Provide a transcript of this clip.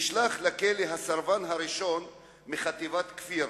נשלח לכלא הסרבן הראשון מחטיבת כפיר,